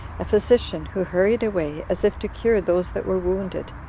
a physician, who hurried away, as if to cure those that were wounded,